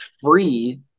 free